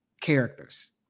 characters